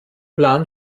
plan